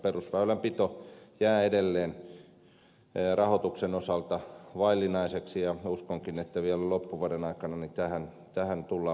perusväylänpito jää edelleen rahoituksen osalta vaillinaiseksi ja uskonkin että vielä loppuvuoden aikana tähän tullaan palaamaan